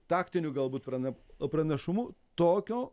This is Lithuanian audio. taktiniu galbūt prana pranašumu tokio